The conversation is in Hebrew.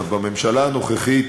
אז בממשלה הנוכחית,